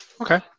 Okay